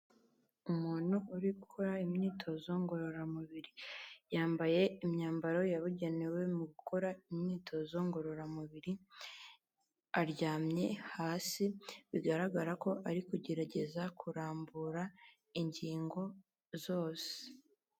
Umuntu uri gukora imyitozo ngororamubiri, yambaye imyambaro yabugenewe mu gukora imyitozo ngororamubiri, aryamye hasi bigaragara ko ari kugerageza kurambura ingingo zose.